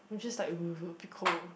I'm just be like be cold